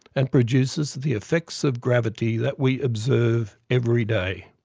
and produces the effects of gravity that we observe every day.